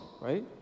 right